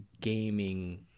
gaming